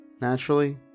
Naturally